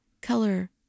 color